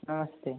नमस्ते